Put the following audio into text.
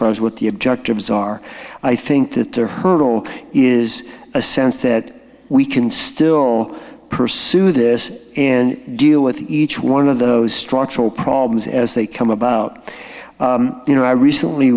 far as what the objectives are i think that the hurdle is a sense that we can still pursue this and deal with each one of those structural problems as they come about you know i recently